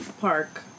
park